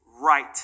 right